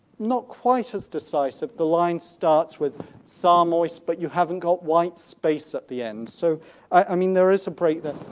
not quite as decisive, the line starts with psalm oise but you haven't got white space at the end, so i mean there is a break there.